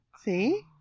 see